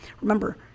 remember